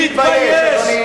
אינני מתבייש, אדוני.